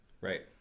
Right